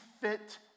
fit